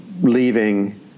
leaving